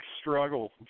struggle